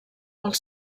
molt